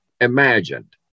imagined